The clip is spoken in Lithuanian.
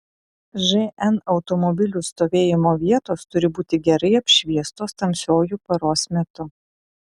žn automobilių stovėjimo vietos turi būti gerai apšviestos tamsiuoju paros metu